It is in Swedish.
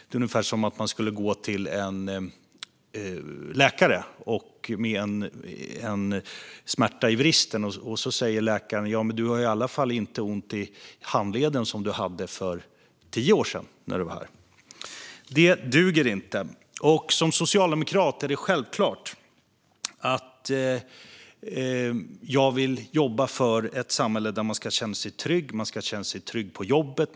Det är ungefär som att man skulle gå till läkaren för att man har smärta i vristen och att läkaren då skulle säga: Ja, men du har i alla fall inte ont i handleden, som du hade när du var här för tio år sedan. Det duger inte. För mig som socialdemokrat är det självklart att jag vill jobba för ett samhälle där man känner sig trygg. Man ska känna sig trygg på jobbet.